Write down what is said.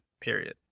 period